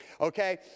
Okay